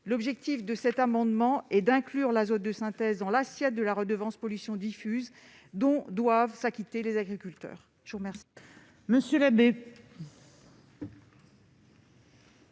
L'objet de cet amendement est donc d'inclure l'azote de synthèse dans l'assiette de la redevance pour pollutions diffuses, dont doivent s'acquitter les agriculteurs.